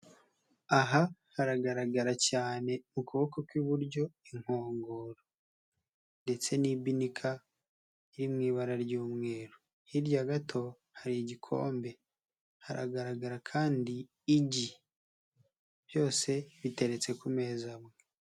Aha haragaragara cyane mu kuboko kw'iburyo inkongoro ndetse n'ibinika, iri mu ibara ry'umweru, hirya gato hari igikombe, haragaragara kandi igi, byose biteretse ku meza amwe.